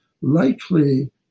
likely